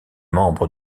membre